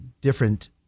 different